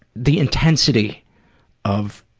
the intensity of